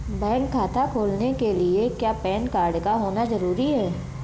Bank खाता खोलने के लिए क्या पैन कार्ड का होना ज़रूरी है?